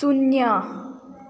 शून्य